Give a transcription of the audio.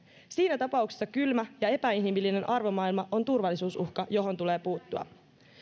siinä tapauksessa kylmä ja epäinhimillinen arvomaailma on turvallisuusuhka johon tulee puuttua